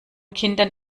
kindern